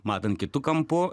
matant kitu kampu